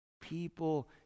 people